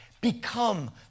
Become